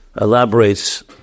elaborates